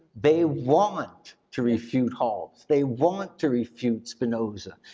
they want to refute halls, they want to refute spinoza.